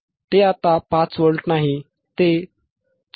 ते आता 5 व्होल्ट नाही ते 4